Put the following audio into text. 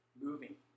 moving